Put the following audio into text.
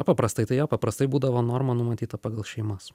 paprastai tai jo paprastai būdavo norma numatyta pagal šeimas